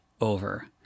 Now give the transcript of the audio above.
over